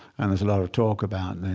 and there's a lot of talk about